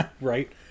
right